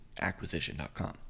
acquisition.com